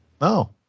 No